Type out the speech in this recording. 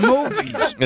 Movies